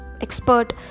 expert